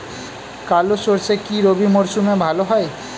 কালো সরষে কি রবি মরশুমে ভালো হয়?